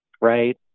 Right